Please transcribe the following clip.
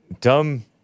Dumb